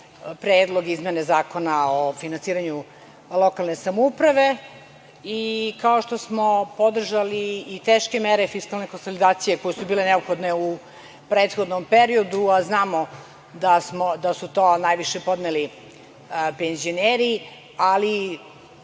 Predlog izmene Zakona o finansiranju lokalne samouprave. Kao što smo podržali i teške mere fiskalne konsolidacije, koje su bile neophodne u prethodnom periodu, a znamo da su to najviše podneli penzioneri, ali